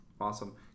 awesome